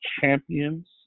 champions